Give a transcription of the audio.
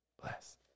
Bless